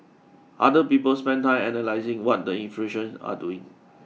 other people spend time analysing what the influential are doing